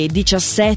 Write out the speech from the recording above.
17